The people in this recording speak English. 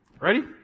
Ready